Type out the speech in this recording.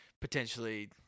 potentially